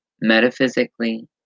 metaphysically